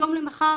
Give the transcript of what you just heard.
היום למחר,